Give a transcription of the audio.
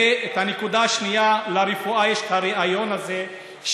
והנקודה השנייה: לרפואה יש את הריאיון הזה,